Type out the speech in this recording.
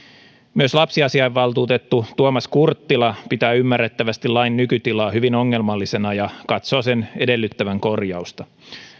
myös lapsiasiainvaltuutettu tuomas kurttila pitää ymmärrettävästi lain nykytilaa hyvin ongelmallisena ja katsoo sen edellyttävän korjausta